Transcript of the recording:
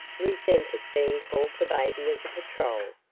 resented being called the baby of the patrol,